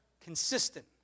consistent